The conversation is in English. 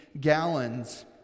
gallons